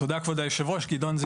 תודה רבה יושב הראש,